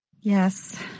Yes